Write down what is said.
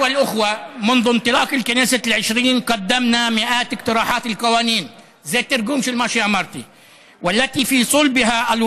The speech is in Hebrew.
זה תרגום של מה שאמרתי: (אומר דברים בשפה הערבית,